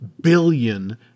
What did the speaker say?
billion